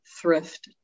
thrift